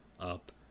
up